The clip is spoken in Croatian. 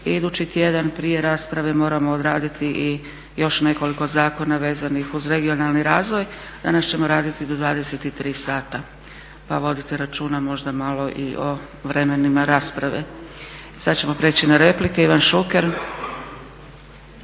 idući tjedan prije rasprave moramo odraditi i još nekoliko zakona vezanih uz regionalni razvoj danas ćemo raditi do 23,00 sata pa vodite računa možda malo i o vremenima rasprave. Sad ćemo prijeći na replike. Ivan Šuker.